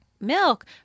milk